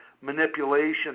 manipulation